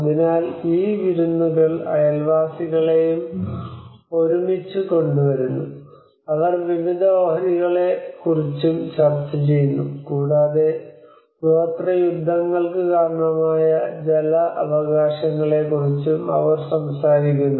അതിനാൽ ഈ വിരുന്നുകൾ അയൽവാസികളെയും ഒരുമിച്ച് കൊണ്ടുവരുന്നു അവർ വിവിധ ഓഹരികളെക്കുറിച്ചും ചർച്ച ചെയ്യുന്നു കൂടാതെ ഗോത്രയുദ്ധങ്ങൾക്ക് കാരണമായ ജല അവകാശങ്ങളെക്കുറിച്ചും അവർ സംസാരിക്കുന്നു